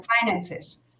finances